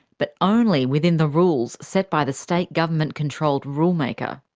but only within the rules set by the state-government controlled rule-maker.